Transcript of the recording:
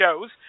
shows